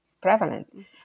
prevalent